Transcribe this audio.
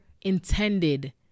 intended